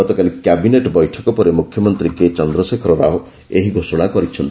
ଗତକାଲି କ୍ୟାବିନେଟ୍ ବେଠକ ପରେ ମୁଖ୍ୟମନ୍ତ୍ରୀ କେଚନ୍ଦ୍ରଶେଖର ରାଓ ଏହି ଘୋଷଣା କରିଛନ୍ତି